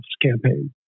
campaign